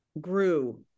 grew